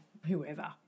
whoever